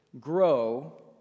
grow